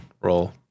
roll